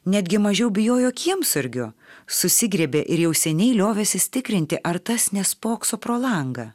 netgi mažiau bijojo kiemsargio susigriebė ir jau seniai liovęsis tikrinti ar tas nespokso pro langą